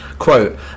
Quote